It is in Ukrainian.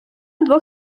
двох